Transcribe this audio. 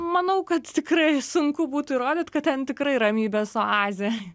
manau kad tikrai sunku būtų įrodyt kad ten tikrai ramybės oazė